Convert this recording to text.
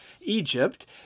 Egypt